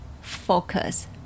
focus